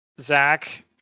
Zach